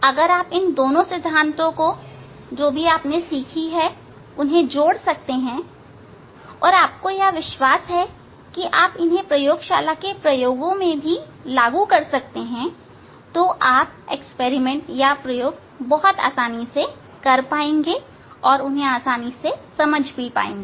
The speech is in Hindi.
अगर आप इन दोनों सिद्धांतों को जो भी हमने सीखी हैं उन्हें जोड़ सकते हैं और आपको यह विश्वास है कि आप इन्हें प्रयोगशाला में प्रयोगों में भी लागू कर सकते हैं तो आप प्रयोग आसानी से कर पाएंगे और उन्हें आसानी से समझ भी सकते हैं